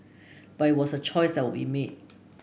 but it was a choice that we made